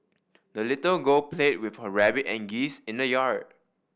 the little girl played with her rabbit and geese in the yard